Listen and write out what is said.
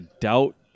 doubt